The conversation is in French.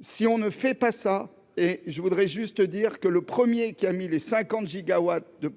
si on ne fait pas ça, et je voudrais juste dire que le 1er qui a mis les 50 gigawatts de